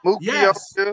Yes